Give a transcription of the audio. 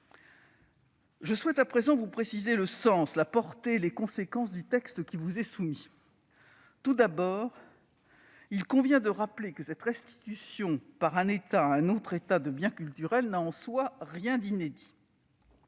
Je souhaite à présent vous préciser le sens, la portée et les conséquences du texte qui vous est soumis. Tout d'abord, il convient de rappeler que cette restitution de biens culturels par un État à un autre État n'a en soi rien d'inédit.